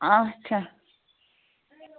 اَچھا